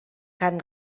can